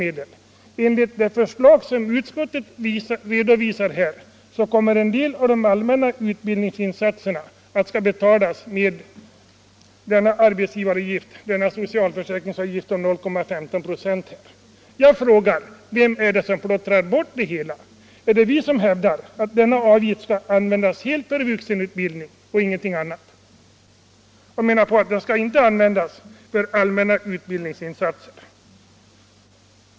20 maj 1975 Enligt det förslag som utskottet redovisar kommer en del av de allmänna utbildningsinsatserna att betalas med denna socialförsäkringsavgift om Vuxenutbildningen, 0,15 96. Jag frågar: Vem är det som plottrar bort det hela? Är det vi — m.m. som hävdar att denna avgift skall användas helt för vuxenutbildning och inte för allmänna utbildningsinsatser?